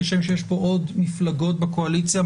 כשם שיש פה עוד מפלגות בקואליציה,